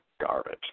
garbage